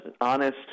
honest